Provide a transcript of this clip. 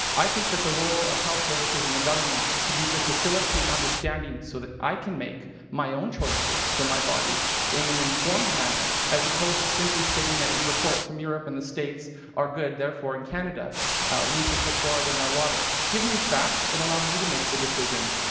i think that the role of health services in the government should be to facilitate understanding so that i can make my own choices for my body in an informed manner as opposed to simply stating that reports from europe and the states are good, therefore in canada we should put fluoride in our water. give me facts and allow me to make the decision.